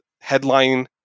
headline